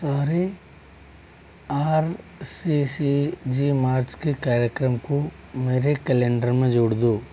सारे R C C G March के कार्यक्रम को मेरे कैलेंडर में जोड़ दो